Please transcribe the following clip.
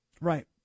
Right